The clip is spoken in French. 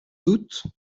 doute